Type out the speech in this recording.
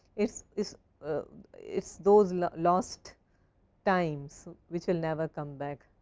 it is is those lost times which will never come back.